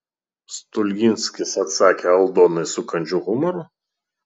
stulginskis atsakė aldonai su kandžiu humoru